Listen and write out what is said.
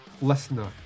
listener